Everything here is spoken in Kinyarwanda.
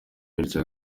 bityo